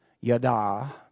yada